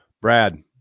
Brad